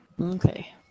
Okay